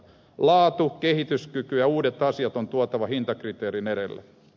laatu kehityskyky ja uudet asiat on tuotava hintakriteerin edelle